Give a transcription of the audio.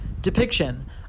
depiction